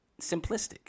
simplistic